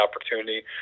opportunity